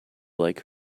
like